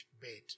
bed